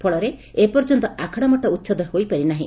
ଫଳରେ ଏ ପର୍ଯ୍ୟନ୍ତ ଆଖଡ଼ାମଠ ଉଛେଦ ହୋଇପାରି ନାହି